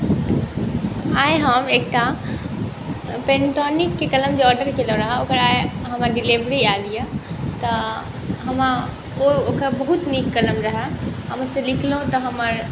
आइ हम एकटा पेन्टोनिकके कलम जे ऑडर केलहुँ रहै ओकरा हमरा डिलिवरी आएल अइ तऽ हमे ओकरा बहुत नीक कलम रहै हम ओहिसँ लिखलहुँ तऽ हमर